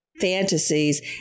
fantasies